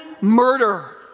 murder